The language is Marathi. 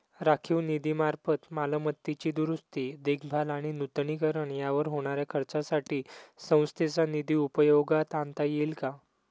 राखीव निधीमार्फत मालमत्तेची दुरुस्ती, देखभाल आणि नूतनीकरण यावर होणाऱ्या खर्चासाठी संस्थेचा निधी उपयोगात आणता येईल का?